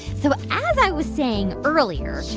so as i was saying earlier,